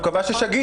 הוא קבע ששגיתם,